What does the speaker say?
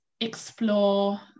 explore